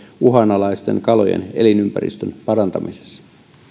uhanalaisten kalojen elinympäristön parantamisessa